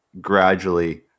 gradually